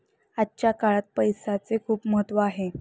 आजच्या काळात पैसाचे खूप महत्त्व आहे